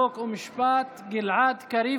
חוק ומשפט גלעד קריב,